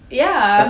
ya